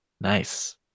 Nice